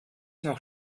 noch